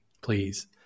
please